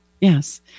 Yes